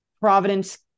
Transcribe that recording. Providence